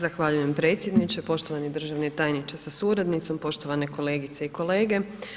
Zahvaljujem predsjedniče, poštovani državni tajniče sa suradnicom, poštovane kolegice i kolege.